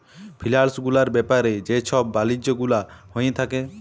ফিলালস গুলার ব্যাপারে যে ছব বালিজ্য গুলা হঁয়ে থ্যাকে